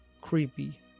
creepy